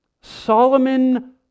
Solomon